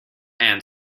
and